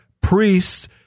priests